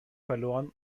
verloren